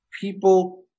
people –